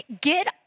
get